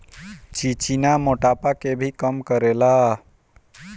चिचिना मोटापा के भी कम करेला